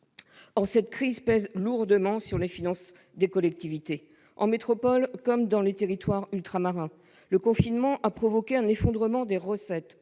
Or cette crise pèse lourdement sur les finances des collectivités territoriales. De fait, en métropole comme dans les territoires ultramarins, le confinement a provoqué un effondrement des recettes,